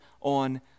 on